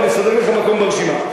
אבל נסדר לך מקום ברשימה,